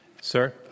Sir